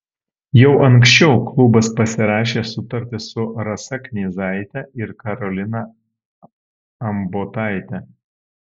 jau anksčiau klubas pasirašė sutartis su rasa knyzaite ir karolina ambotaite